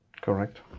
Correct